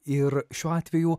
ir šiuo atveju